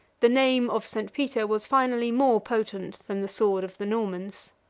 the name of st. peter was finally more potent than the sword of the normans.